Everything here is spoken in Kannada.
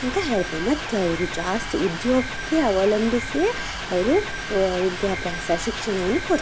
ಅಂತ ಹೇಳ್ಬೋದು ಮತ್ತು ಅವರು ಜಾಸ್ತಿ ಉದ್ಯೋಗಕ್ಕೆ ಅವಲಂಬಿಸಿಯೇ ಅವರು ವಿದ್ಯಾಭ್ಯಾಸ ಶಿಕ್ಷಣವನ್ನು ಕೊಡ್ತಾರೆ